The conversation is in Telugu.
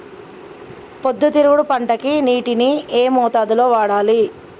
పొద్దుతిరుగుడు పంటకి నీటిని ఏ మోతాదు లో వాడాలి?